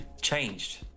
changed